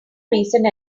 recent